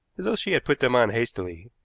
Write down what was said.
as though she had put them on hastily,